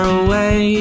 away